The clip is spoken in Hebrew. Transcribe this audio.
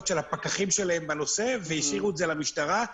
של הפקחים שלהם בנושא והשאירו את זה למשטרה.